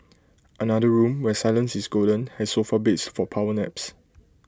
another room where silence is golden has sofa beds for power naps